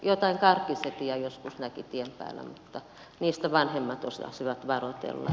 jotain karkkisetiä joskus näki tien päällä mutta niistä vanhemmat osasivat varoitella